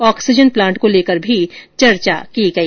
oxygen plant को लेकर भी चर्चा की गई